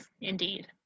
indeed